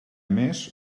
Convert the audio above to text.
més